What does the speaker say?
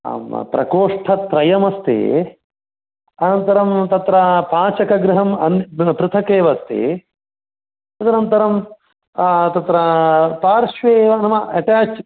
प्रकोष्ठत्रयमस्ति अनन्तरं तत्र पाचकगृहं अन्त पृथकेव अस्ति तदनन्तरं तत्र पार्श्वे एव नाम एटेच्